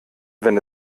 wenn